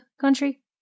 country